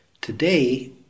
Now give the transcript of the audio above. today